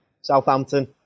Southampton